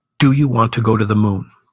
do you want to go to the moon?